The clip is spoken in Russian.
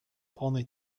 полный